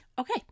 Okay